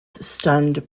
stunned